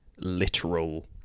literal